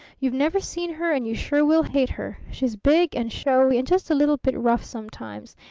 you've never seen her, and you sure will hate her. she's big, and showy, and just a little bit rough sometimes,